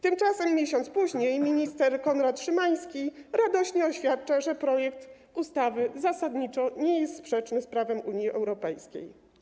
Tymczasem miesiąc później minister Konrad Szymański radośnie oświadcza, że projekt ustawy zasadniczo nie jest sprzeczny z prawem Unii Europejskiej.